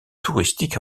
touristique